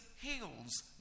heals